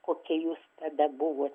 kokie jūs tada buvo